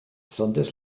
saunders